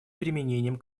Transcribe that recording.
применением